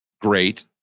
great